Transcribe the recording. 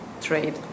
trade